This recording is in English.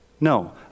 No